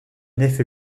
nef